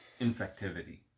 Infectivity